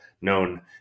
known